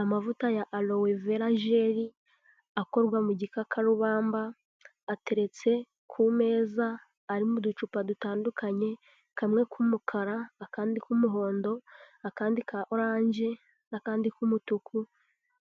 Amavuta ya Aloe Vera Gel, akorwa mu gikakarubamba, ateretse ku meza ari mu ducupa dutandukanye, kamwe k'umukara, akandi k'umuhondo, akandi ka oranje, n'akandi k'umutuku